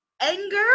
anger